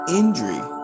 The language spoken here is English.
injury